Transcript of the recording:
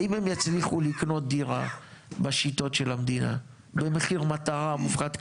האם הם יצליחו לקנות דירה בשיטות של המדינה במחיר מטרה מופחת?